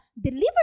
Delivered